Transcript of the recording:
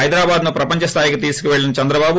హైదరాబాదును ప్రపంచస్థాయికి తీసుకెళ్లిన చంద్రబాబు